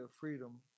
freedom